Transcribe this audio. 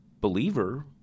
believer